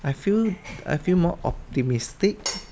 I feel I feel more optimistic